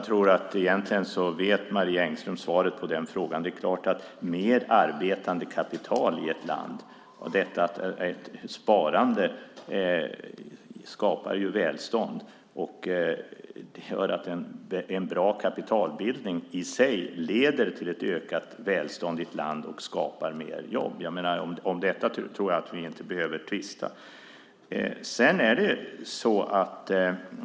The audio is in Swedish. Fru talman! Jag tror att Marie Engström egentligen vet svaret på den frågan. Sparande skapar välstånd, och en bra kapitalbildning leder i sig till ökat välstånd i ett land och skapar mer jobb. Om detta tror jag att vi inte behöver tvista.